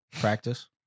Practice